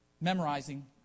Memorizing